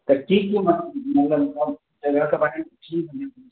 तऽ ठीक छै मतलब जगहके बारेमे ठीक